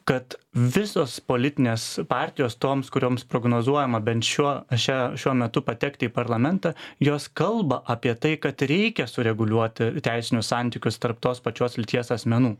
kad visos politinės partijos toms kurioms prognozuojama bent šiuo šią šiuo metu patekti į parlamentą jos kalba apie tai kad reikia sureguliuoti teisinius santykius tarp tos pačios lyties asmenų